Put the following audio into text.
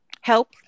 help